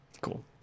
cool